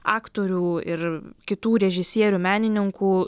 aktorių ir kitų režisierių menininkų